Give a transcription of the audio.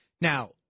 now